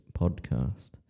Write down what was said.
podcast